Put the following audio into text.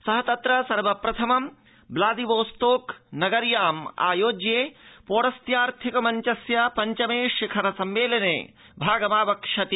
स तत्र सर्वप्रथमं व्लादिवोस्तोक नगर्या मायोज्ये पौरस्यार्थिक मञ्चस्य पञ्चमे शिखर सम्मेलने भागमावक्ष्यति